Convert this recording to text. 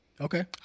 Okay